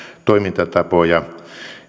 toimintatapoja